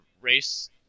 race